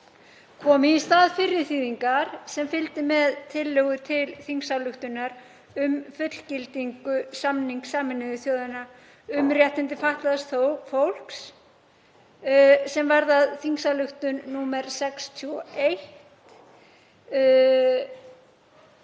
komi í stað fyrri þýðingar sem fylgdi með tillögu til þingsályktunar um fullgildingu samnings Sameinuðu þjóðanna um réttindi fatlaðs fólks sem varð að þingsályktun nr. 61/145